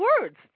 words